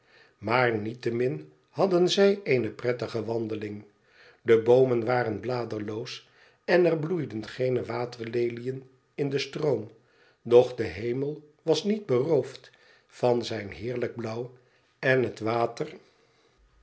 maar niettemin hadden zij eene prettige wandeling deboomen waren bladerloos en er bloeiden geene waterleliën in den stroom doch de hemel was niet beroofd van zijn heerlijk blauw en het water